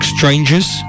Strangers